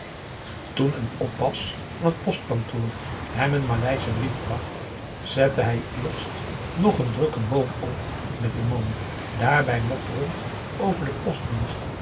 toen een oppas van t postkantoor hem een maleischen brief bracht zette hij eerst nog een drukken boom op met den man daarbij mopperend over den postdienst